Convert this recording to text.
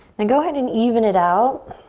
then go ahead and even it out.